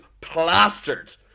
plastered